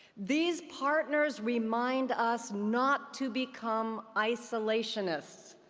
these partners remind us not to become isolationists,